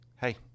hey